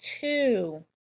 Two